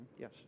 Yes